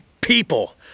people